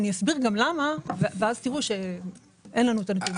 אני גם אסביר למה ואז תראו שאין לנו את הנתונים.